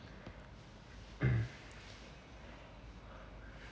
mm